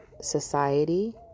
society